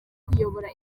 kuyobora